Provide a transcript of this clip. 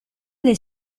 del